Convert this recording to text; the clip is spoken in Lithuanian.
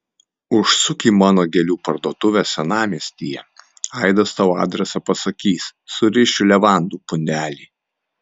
užsuk į mano gėlių parduotuvę senamiestyje aidas tau adresą pasakys surišiu levandų pundelį